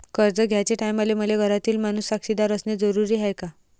कर्ज घ्याचे टायमाले मले घरातील माणूस साक्षीदार असणे जरुरी हाय का?